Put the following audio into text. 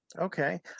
Okay